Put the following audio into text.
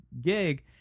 gig